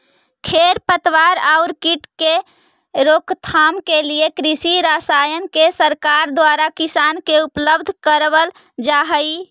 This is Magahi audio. खेर पतवार आउ कीट के रोकथाम के लिए कृषि रसायन के सरकार द्वारा किसान के उपलब्ध करवल जा हई